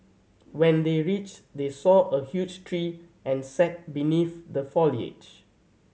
when they reach they saw a huge tree and sat beneath the foliage